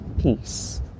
Peace